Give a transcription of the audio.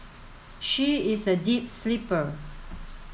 she is a deep sleeper